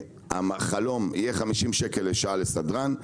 החלום יהיה כ-50 שקלים לשעה לסדרן,